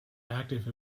active